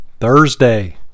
Thursday